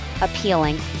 appealing